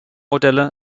modelle